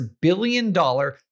billion-dollar